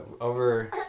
over